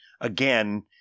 again